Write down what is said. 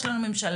יש לנו ממשלה.